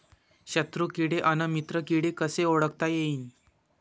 शत्रु किडे अन मित्र किडे कसे ओळखता येईन?